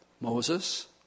Moses